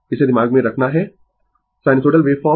इसे दिमाग में रखना है साइनसोइडल वेवफॉर्म